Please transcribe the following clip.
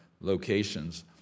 locations